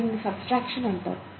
దీనిని సబ్ట్రాక్షన్ అంటారు